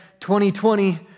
2020